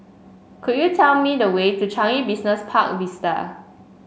could you tell me the way to Changi Business Park Vista